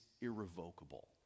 irrevocable